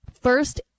First